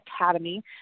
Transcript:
Academy